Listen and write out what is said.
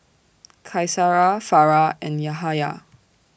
Qaisara Farah and Yahaya